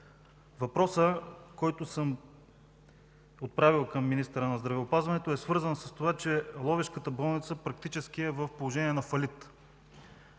Въпросът, който съм отправил към министъра на здравеопазването, е свързан с това, че Ловешката болница практически е в положение на фалит